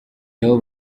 nabo